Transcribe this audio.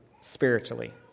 spiritually